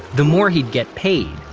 the more he'd get paid.